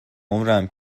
عمرم